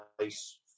nice